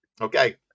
Okay